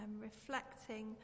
reflecting